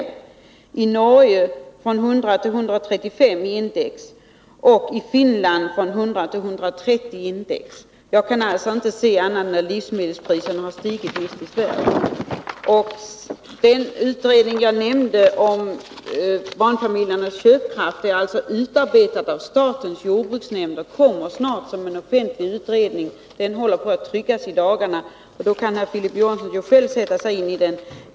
Med samma utgångspunkt har de i Norge stigit till 135 och i Finland till 130. Jag kan således inte finna annat än att livsmedelspriserna har stigit mest i Sverige. Den utredning om barnfamiljernas köpkraft som jag nämnde är utarbetad av statens jordbruksnämnd. Den håller på att tryckas och utges snart såsom en offentlig utredning. Då kan Filip Johansson själv läsa vad som står i den.